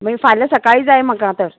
मागीर फाल्यां सकाळीं जाय म्हाका तर